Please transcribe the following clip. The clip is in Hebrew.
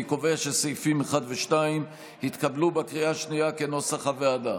אני קובע שסעיפים 1 ו-2 התקבלו בקריאה השנייה כנוסח הוועדה.